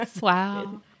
Wow